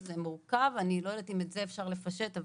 זה מורכב ואני לא יודעת אם אפשר לפשט את זה,